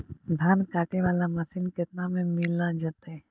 धान काटे वाला मशीन केतना में मिल जैतै?